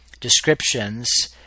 Descriptions